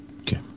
okay